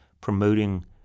promoting